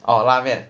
orh 拉面